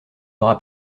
aura